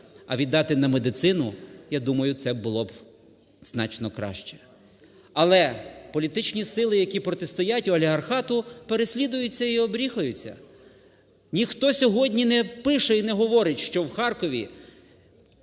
а віддати на медицину, я думаю, це було б значно краще. Але політичні сили, які протистоять олігархату, переслідуються і оббріхуються. Ніхто сьогодні не пише і не говорить, що в Харкові